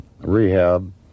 rehab